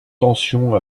tensions